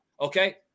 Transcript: Okay